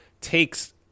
takes